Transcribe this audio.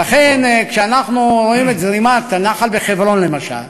ולכן, כשאנחנו רואים את זרימת הנחל בחברון, למשל,